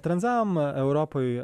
tranzavom europoj